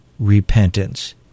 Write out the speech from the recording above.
Repentance